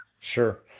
Sure